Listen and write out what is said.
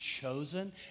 chosen